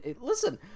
Listen